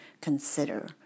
consider